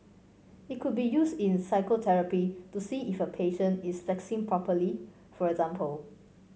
it could be used in physiotherapy to see if a patient is flexing properly for example